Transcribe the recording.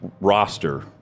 roster –